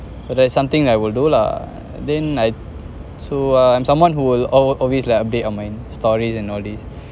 so that's something I will do lah then I so uh I'm someone who will always like update on my stories uh all these